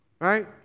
right